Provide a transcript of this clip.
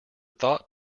thought